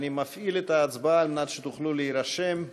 אני מפעיל את ההצבעה על מנת שתוכלו להירשם.